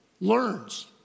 learns